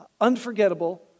unforgettable